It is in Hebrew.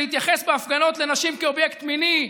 להתייחס בהפגנות לנשים כאובייקט מיני,